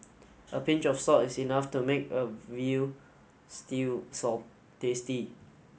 a pinch of salt is enough to make a veal stew tasty